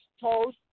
told